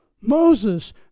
Moses